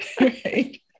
Right